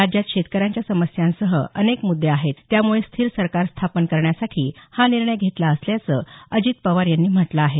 राज्यात शेतकऱ्यांच्या समस्यांसह अनेक मुद्दे आहेत त्यामुळे स्थिर सरकार स्थापन करण्यासाठी हा निर्णय घेतला असल्याचं अजित पवार यांनी म्हटलं आहे